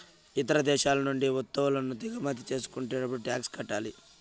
ఇతర దేశాల నుండి వత్తువులను దిగుమతి చేసుకునేటప్పుడు టాక్స్ కట్టాలి